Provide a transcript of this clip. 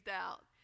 out